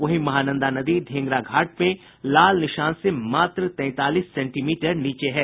वहीं महानंदा नदी ढ़ेंगरा घाट में लाल निशान से मात्र तैंतालीस सेंटीमीटर नीचे है